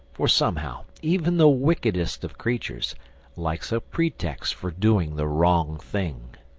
for somehow even the wickedest of creatures likes a pretext for doing the wrong thing.